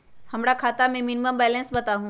हमरा खाता में मिनिमम बैलेंस बताहु?